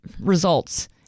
results